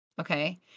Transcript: okay